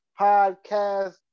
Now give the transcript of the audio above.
podcast